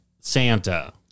Santa